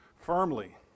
firmly